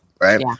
right